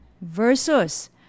versus